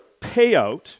payout